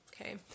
okay